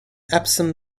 epsom